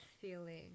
feeling